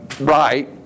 right